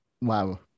Wow